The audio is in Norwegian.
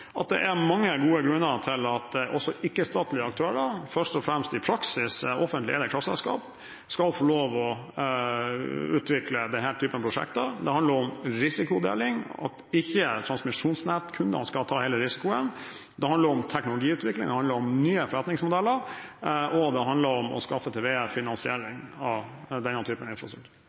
at det er mange gode grunner til at også ikke-statlige aktører, først og fremst i praksis offentlig eide kraftselskap, skal få lov til å utvikle denne typen prosjekter. Det handler om risikodeling, at ikke transmisjonsnettkundene skal ta hele risikoen. Det handler om teknologiutvikling, det handler om nye forretningsmodeller, og det handler om å skaffe til veie finansiering av denne typen